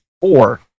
four